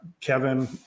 kevin